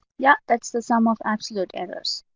yeah, that's the sum of absolute errors.